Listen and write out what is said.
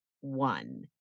one